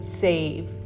save